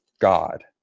God